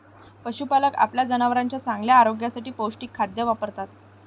पशुपालक आपल्या जनावरांच्या चांगल्या आरोग्यासाठी पौष्टिक खाद्य वापरतात